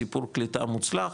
סיפור קליטה מוצלח,